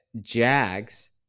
Jags